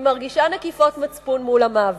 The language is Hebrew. והיא מרגישה נקיפות מצפון מול המעביד.